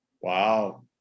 Wow